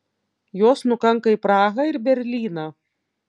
jos nukanka į prahą ir berlyną